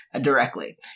directly